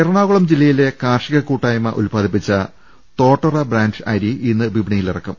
എറണാകുളം ജില്ലയിലെ കാർഷിക കൂട്ടായ്മ ഉല്പാദിപ്പിച്ച തോട്ടറ ബ്രാന്റ് അരി ഇന്ന് വിപണിയിൽ ഇറക്കും